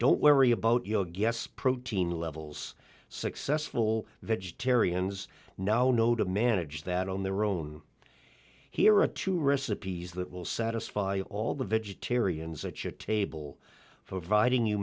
don't worry about your guests protein levels successful vegetarians now know to manage that on their own here are two recipes that will satisfy all the vegetarians a chip table for vibing you